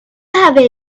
have